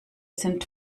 sind